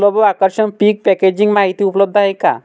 सुलभ व आकर्षक पीक पॅकेजिंग माहिती उपलब्ध आहे का?